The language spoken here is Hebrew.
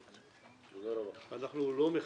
רוצים.